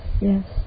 yes